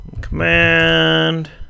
command